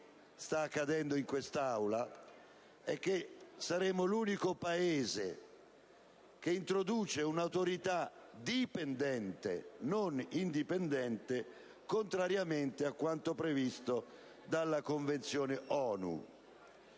sta accadendo in quest'Aula è che saremo l'unico Paese che introduce un'autorità dipendente - non indipendente - contrariamente a quanto previsto dalla Convenzione ONU.